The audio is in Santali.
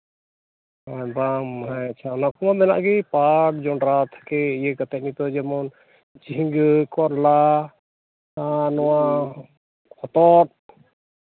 ᱦᱮᱸ ᱵᱟᱝ ᱟᱪᱪᱷᱟ ᱚᱱᱟ ᱠᱚᱢᱟ ᱢᱮᱱᱟᱜ ᱜᱮ ᱯᱟᱴ ᱡᱚᱱᱰᱨᱟ ᱛᱷᱮᱠᱮ ᱤᱭᱟᱹ ᱠᱟᱛᱮᱫ ᱱᱤᱛᱚᱜ ᱡᱮᱢᱚᱱ ᱡᱷᱤᱝᱜᱟᱹ ᱠᱚᱨᱚᱞᱟ ᱟᱨ ᱱᱚᱣᱟ ᱦᱚᱛᱚᱫ